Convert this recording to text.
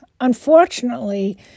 unfortunately